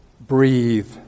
breathe